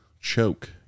choke